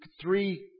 three